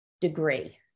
degree